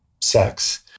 sex